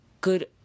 good